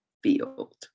field